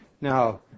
now